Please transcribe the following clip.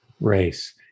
race